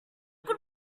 good